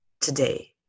today